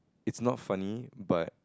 it's not funny but